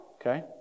Okay